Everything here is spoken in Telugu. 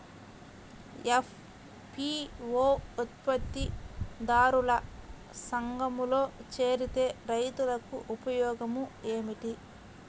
ఎఫ్.పీ.ఓ ఉత్పత్తి దారుల సంఘములో చేరితే రైతులకు ఉపయోగము ఏమిటి?